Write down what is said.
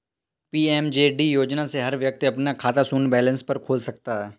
PMJD योजना से हर व्यक्ति अपना खाता शून्य बैलेंस पर खोल सकता है